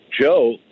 Joe